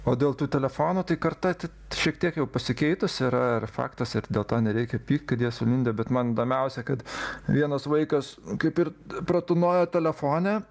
o dėl tų telefonų tai karta šiek tiek jau pasikeitus yra ir faktas ir dėl to nereikia pykt kad jie sulindę bet man įdomiausia kad vienas vaikas kaip ir pratūnojo telefone